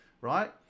right